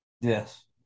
Yes